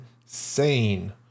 Insane